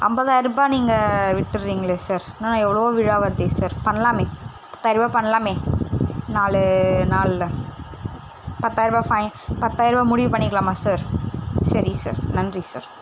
ஐம்பதாயிருபா நீங்கள் விட்டுடுறீங்களே சார் இன்னும் எவ்வளவோ விழா வருதே சார் பண்ணலாமே பத்தாயிருவா பண்ணலாமே நாலு நாள்ல பத்தாயிருபா ஃபைன் பத்தாயிருபா முடிவு பண்ணிக்கலாமா சார் சார் நன்றி சார்